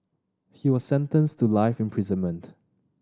he was sentenced to life imprisonment